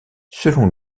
selon